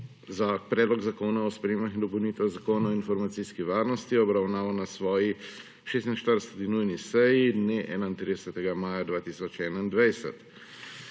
je predlog zakona o spremembah in dopolnitvah Zakona o informacijski varnosti obravnaval na svoji 46. nujni seji, dne 31. maja 2021.